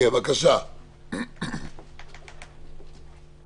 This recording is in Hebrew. הקשבתי בקשב רב לדברים.